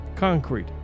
concrete